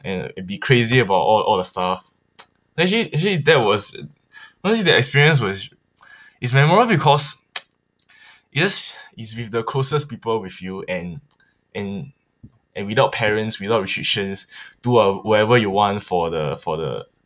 and be crazy about all all the stuff actually actually that was honestly that experience was it's memorable because because it's with the closest people with you and and and without parents without restrictions do uh whatever you want for the for the